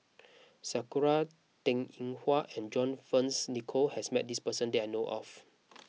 Sakura Teng Ying Hua and John Fearns Nicoll has met this person that I know of